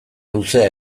luzea